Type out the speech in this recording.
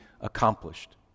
accomplished